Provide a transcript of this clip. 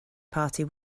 party